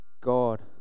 God